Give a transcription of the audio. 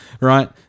right